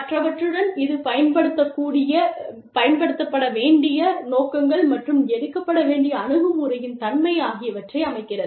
மற்றவற்றுடன் இது பயன்படுத்தப்பட வேண்டிய நோக்கங்கள் மற்றும் எடுக்கப்பட வேண்டிய அணுகுமுறையின் தன்மை ஆகியவற்றை அமைக்கிறது